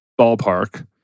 ballpark